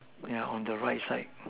yeah on the right side